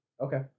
Okay